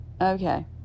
okay